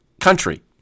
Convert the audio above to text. country